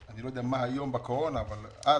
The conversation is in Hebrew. אני לא יודע מה היום בקורונה, אבל אז,